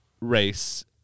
race